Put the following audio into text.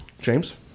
James